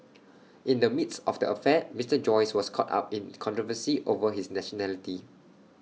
in the midst of the affair Mister Joyce was caught up in controversy over his nationality